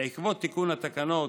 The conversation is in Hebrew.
בעקבות תיקון התקנות